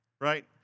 right